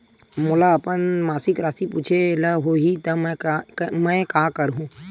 मोला अपन मासिक राशि पूछे ल होही त मैं का करहु?